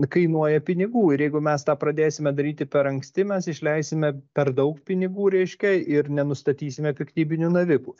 kainuoja pinigų ir jeigu mes tą pradėsime daryti per anksti mes išleisime per daug pinigų reiškia ir nenustatysime piktybinių navikų